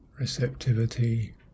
receptivity